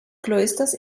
cloisters